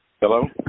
Hello